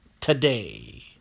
Today